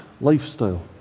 lifestyle